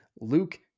Luke